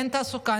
אין תעסוקה,